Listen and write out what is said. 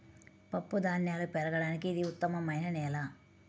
పప్పుధాన్యాలు పెరగడానికి ఇది ఉత్తమమైన నేల